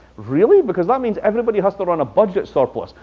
really? because that means everybody has to run a budget surplus.